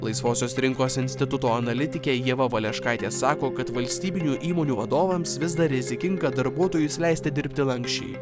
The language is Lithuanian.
laisvosios rinkos instituto analitikė ieva valeškaitė sako kad valstybinių įmonių vadovams vis dar rizikinga darbuotojus leisti dirbti lanksčiai